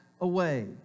away